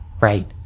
Right